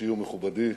אישי ומכובדי